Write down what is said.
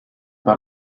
par